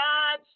God